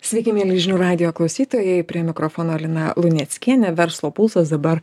sveiki mieli žinių radijo klausytojai prie mikrofono lina luneckienė verslo pulsas dabar